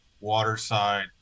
waterside